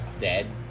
dead